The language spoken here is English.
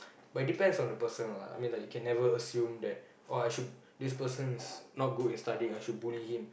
but it depends on the person lah I mean like you can never assume that oh I should this person's not good at studying I should bully him